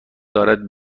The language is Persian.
دارد